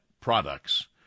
products